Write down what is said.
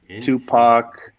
Tupac